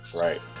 right